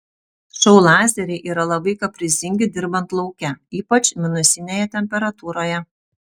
šou lazeriai yra labai kaprizingi dirbant lauke ypač minusinėje temperatūroje